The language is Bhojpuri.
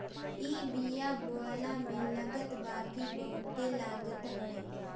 इ बिया बोअला में लागत बाकी बहुते लागत हवे